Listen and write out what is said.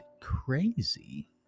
crazy